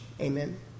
Amen